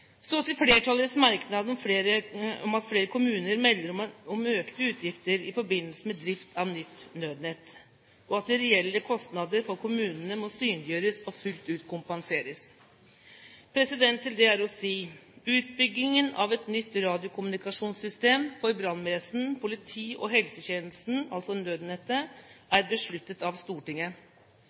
Så til flertallets merknad om at flere kommuner melder om økte utgifter i forbindelse med drift av nytt Nødnett, og at de reelle kostnadene for kommunen må synliggjøres og fullt ut kompenseres. Til det er å si: Utbyggingen av et nytt radiokommunikasjonssystem for brannvesen, politi og helsetjenesten, altså Nødnett, er besluttet av Stortinget.